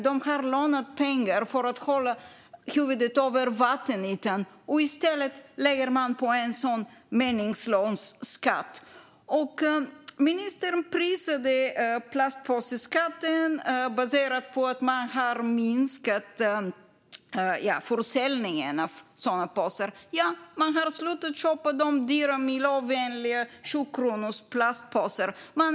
De har lånat pengar för att hålla huvudet över vattenytan. Nu lägger man på en sådan här meningslös skatt. Ministern prisade plastpåseskatten baserat på att försäljningen av sådana påsar har minskat. Ja, man har slutat köpa de dyra miljövänliga sjukronorsplastpåsarna.